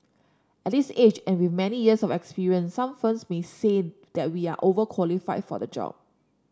at this age and with many years of experience some firms may say that we are overqualified for the job